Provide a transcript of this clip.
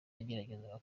yagerageza